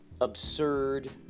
Absurd